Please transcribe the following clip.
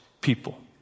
people